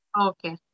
Okay